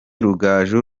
rugaju